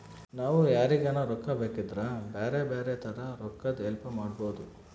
ನಾವು ಯಾರಿಗನ ರೊಕ್ಕ ಬೇಕಿದ್ರ ಬ್ಯಾರೆ ಬ್ಯಾರೆ ತರ ರೊಕ್ಕದ್ ಹೆಲ್ಪ್ ಮಾಡ್ಬೋದು